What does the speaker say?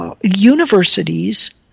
Universities